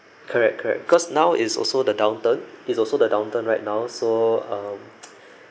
correct correct cause now it's also the downturn it's also the downturn right now so um